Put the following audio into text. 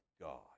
God